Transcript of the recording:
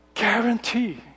Guarantee